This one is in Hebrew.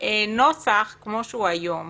אנחנו לא רוצים ליצור מצב שהפיצול בין סיעות